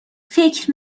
فکر